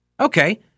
Okay